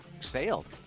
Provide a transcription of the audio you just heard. sailed